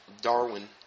Darwin